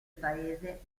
paese